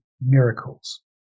miracles